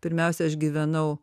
pirmiausia aš gyvenau